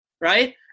Right